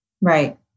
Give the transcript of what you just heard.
Right